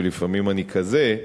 ולפעמים אני כזה,